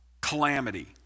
calamity